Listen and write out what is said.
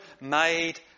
made